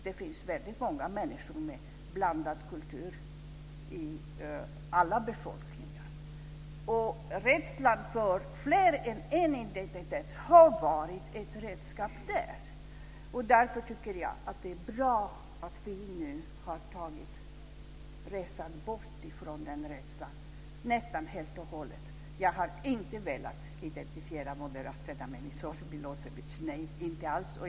Det finns väldigt många människor med blandad kultur i alla befolkningar. Rädslan för fler än en identitet har varit ett redskap där. Därför tycker jag att det är bra att vi nu har gjort resan bort från den rädslan nästan helt och hållet. Jag har inte velat identifiera moderaterna med Milosevic, inte alls.